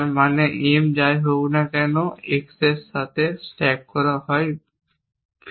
যার মানে M যে যাই হোক না কেন x এর জন্য স্ট্যাক করার জন্য বিনামূল্যে